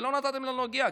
ולא נתתם לנו להגיע,